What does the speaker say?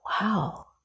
wow